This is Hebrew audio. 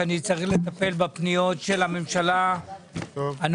שאני צריך לטפל בפניות של הממשלה הנוכחית,